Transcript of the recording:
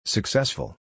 Successful